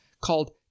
called